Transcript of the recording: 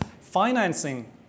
financing